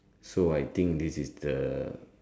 so I think this is the